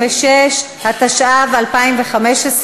56), התשע"ו 2015,